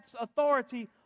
authority